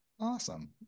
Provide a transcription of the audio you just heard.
Awesome